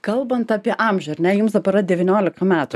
kalbant apie amžių ar ne jums dabar yra devyniolika metų